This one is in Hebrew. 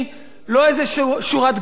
לא איזו שורת גזירות.